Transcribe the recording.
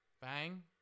Bang